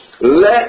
Let